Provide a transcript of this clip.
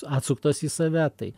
atsuktos į save tai